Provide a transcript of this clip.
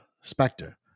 Spectre